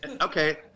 Okay